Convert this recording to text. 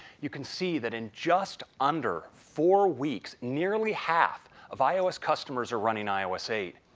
you can see that in just under four weeks, nearly half of ios customers are running ios eight.